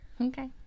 Okay